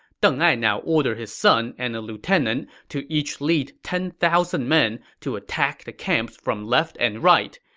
deng ai now ordered his son and a lieutenant to each lead ten thousand men to attack the camps from left and right.